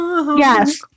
Yes